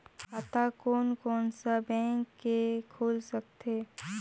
खाता कोन कोन सा बैंक के खुल सकथे?